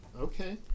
Okay